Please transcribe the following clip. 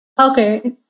Okay